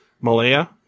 Malaya